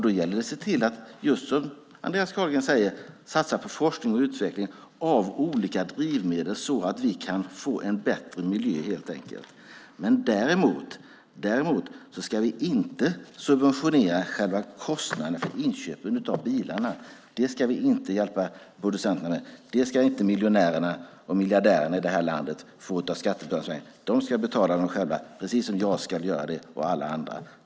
Då gäller det att se till att, just som Andreas Carlgren säger, satsa på forskning och utveckling av olika drivmedel så att vi kan få en bättre miljö, helt enkelt. Men däremot ska vi inte subventionera själva kostnaden för inköpen av bilarna. Det ska vi inte hjälpa producenterna med. Det ska inte miljonärerna och miljardärerna i det här landet få av skattebetalarna. De ska betala själva, precis som jag och alla andra ska göra det.